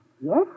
Yes